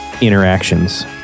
interactions